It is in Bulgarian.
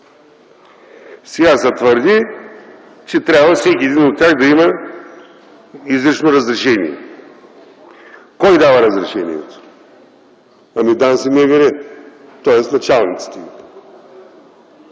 Сега се твърди, че трябва всеки един от тях да има изрично разрешение. Кой дава разрешението? – ДАНС и МВР – тоест началниците.